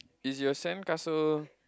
is your sand castle